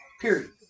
Period